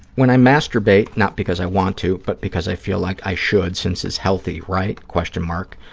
when i masturbate, not because i want to but because i feel like i should since it's healthy, right, question mark,